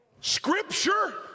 Scripture